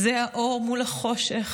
זה האור מול החושך.